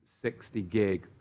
60-gig